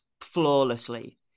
flawlessly